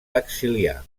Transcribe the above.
exiliar